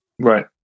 Right